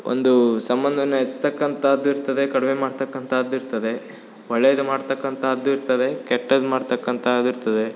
ಒಂದು ಸಂಬಂಧವನ್ನ ಹೆಚ್ಸ್ತಕಂಥದ್ದು ಇರ್ತದೆ ಕಡಿಮೆ ಮಾಡ್ತಕಂಥದ್ದು ಇರ್ತದೆ ಒಳ್ಳೆಯದು ಮಾಡ್ತಕ್ಕಂಥದ್ದು ಇರ್ತದೆ ಕೆಟ್ಟದು ಮಾಡ್ತಕ್ಕಂಥದ್ದು ಇರ್ತದೆ